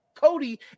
Cody